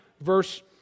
verse